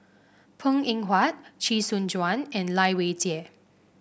Png Eng Huat Chee Soon Juan and Lai Weijie